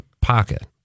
pocket